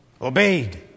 obeyed